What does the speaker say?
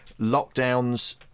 lockdowns